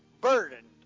burdened